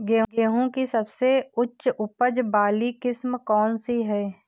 गेहूँ की सबसे उच्च उपज बाली किस्म कौनसी है?